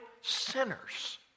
sinners